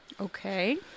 Okay